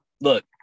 look